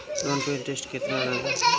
Loan पे interest केतना लागी?